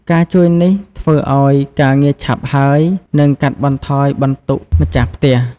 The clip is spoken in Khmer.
ការជួយនេះធ្វើឲ្យការងារឆាប់ហើយ និងកាត់បន្ថយបន្ទុកម្ចាស់ផ្ទះ។